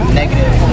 negative